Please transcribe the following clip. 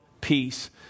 peace